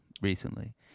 recently